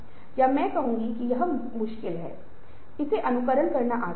इसी तरह विभिन्न प्रकार के प्रभाव होंगे जो कर्मचारी अनुभव कर सकते हैं